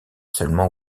seulement